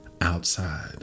outside